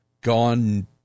gone